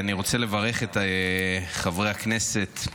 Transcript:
אני רוצה לברך את חברי הכנסת,